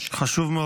חשוב מאוד,